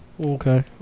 Okay